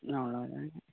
அவ்வளோ தாங்க